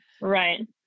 Right